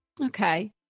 Okay